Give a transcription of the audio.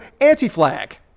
Anti-Flag